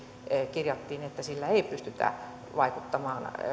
kirjattiin että sillä ei pystytä vaikuttamaan